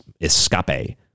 Escape